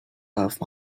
love